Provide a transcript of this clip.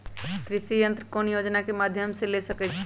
कृषि यंत्र कौन योजना के माध्यम से ले सकैछिए?